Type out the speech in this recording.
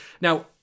now